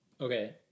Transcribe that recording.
Okay